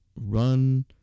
Run